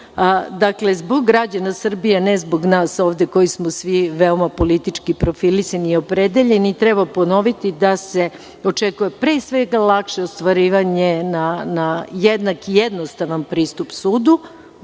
zbog građana Srbije, ne zbog nas ovde koji smo svi veoma politički profilisani i opredeljeni, treba ponoviti da se očekuje pre svega lakše ostvarivanje na jednak i jednostavan pristup sudu,